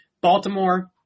Baltimore